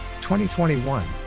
2021